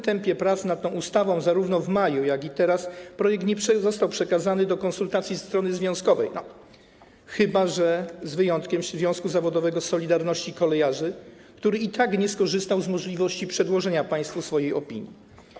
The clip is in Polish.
Tempo prac nad tą ustawą zarówno w maju, jak i teraz, było ekspresowe, a projekt nie został przekazany do konsultacji stronie związkowej, z wyjątkiem związku zawodowego „Solidarności” kolejarzy, który i tak nie skorzystał z możliwości przedłożenia państwu swojej opinii.